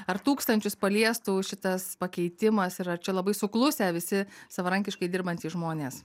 ar tūkstančius paliestų šitas pakeitimas ir ar čia labai suklusę visi savarankiškai dirbantys žmonės